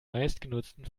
meistgenutzten